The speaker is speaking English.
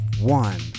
one